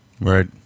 Right